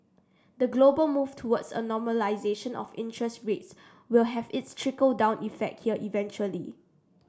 the global move towards a normalisation of interest rates will have its trickle down effect here eventually